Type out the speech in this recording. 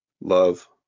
Love